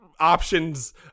options